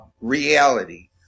reality